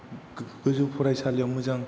गोजौ फरायसालियाव मोजां